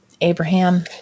Abraham